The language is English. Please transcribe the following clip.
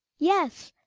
yes,